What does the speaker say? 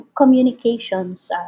communications